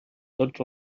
tots